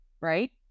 right